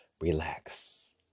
relax